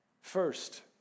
First